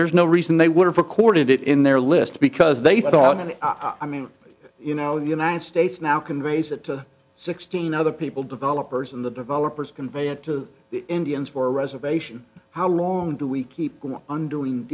there's no reason they would have recorded it in their list because they thought it i mean you know the united states now conveys it to sixteen other people developers in the developers convey it to the indians for reservation how long do we keep on doing